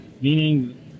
meaning